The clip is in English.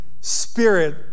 spirit